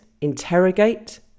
interrogate